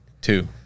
Two